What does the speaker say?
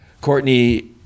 Courtney